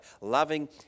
loving